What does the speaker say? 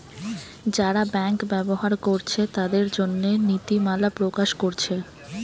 যারা ব্যাংক ব্যবহার কোরছে তাদের জন্যে নীতিমালা প্রকাশ কোরছে